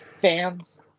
fans